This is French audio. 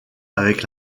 avec